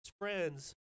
friends